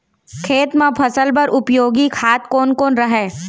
खेत म फसल बर उपयोगी खाद कोन कोन हरय?